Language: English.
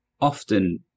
often